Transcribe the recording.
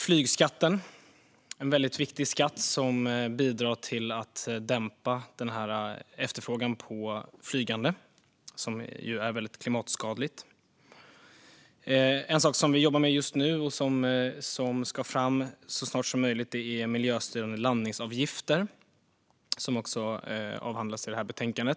Flygskatten är en viktig skatt som bidrar till att dämpa efterfrågan på flygande, som ju är väldigt klimatskadligt. En sak som vi jobbar med just nu och som ska fram så snart som möjligt är miljöstyrande landningsavgifter, vilket också avhandlas i det här betänkandet.